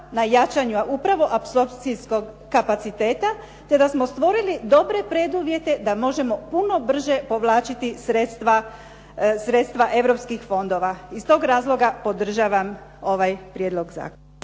na jačanju upravo apsorpcijskog kapaciteta, te da smo stvorili dobre preduvjete da možemo puno brže povlačiti sredstava europskih fondova. Iz tog razloga podržavam ovaj prijedlog zakona.